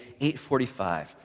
845